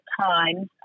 times